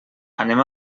anem